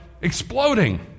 exploding